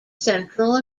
central